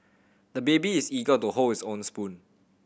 the baby is eager to hold his own spoon